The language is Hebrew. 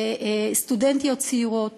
סטודנטיות צעירות,